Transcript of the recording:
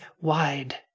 wide